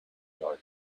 dark